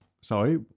Sorry